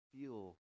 feel